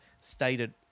stated